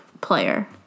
player